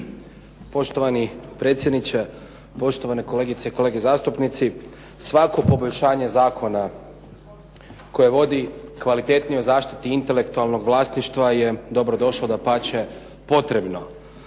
Poštovani predsjedniče, poštovane kolegice i kolege zastupnici svako poboljšanje zakona koje vodi kvalitetnijom zaštiti intelektualnog vlasništva je dobrodošlo, dapače, potrebno.